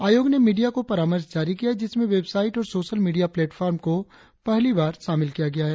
आयोग ने मीडिया को परामर्श जारी किया है जिसमें वेबसाइट और सोशल मीडिया प्लेटफार्म को पहली बार शामिल किया गया है